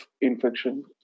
infection